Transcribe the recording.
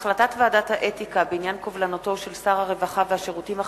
החלטת ועדת האתיקה בעניין קובלנתו של שר הרווחה והשירותים החברתיים,